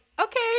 okay